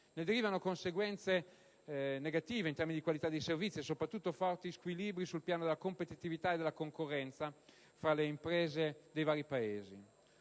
Ne derivano conseguenze negative in termini di qualità dei servizi, e, soprattutto, forti squilibri sul piano della competitività e della concorrenza fra le imprese dei vari Paesi.